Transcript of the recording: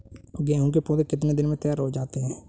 गेहूँ के पौधे कितने दिन में तैयार हो जाते हैं?